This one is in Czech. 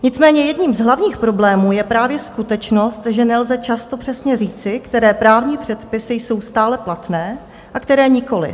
Nicméně jedním z hlavních problémů je právě skutečnost, že nelze často přesně říci, které právní předpisy jsou stále platné a které nikoliv.